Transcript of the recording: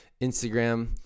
Instagram